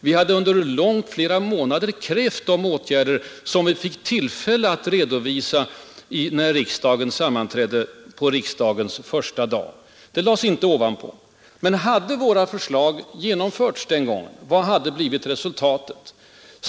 Vi hade under flera månader krävt de åtgärder som vi fick tillfälle att redovisa på riksdagens första dag — våra förslag lades alltså inte ”ovanpå” regeringens. Men om våra förslag hade genomförts den gången, vad hade blivit resultatet?